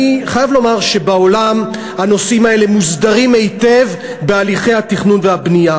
אני חייב לומר שבעולם הנושאים האלה מוסדרים היטב בהליכי התכנון והבנייה,